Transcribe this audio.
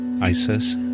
ISIS